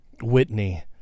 Whitney